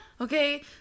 Okay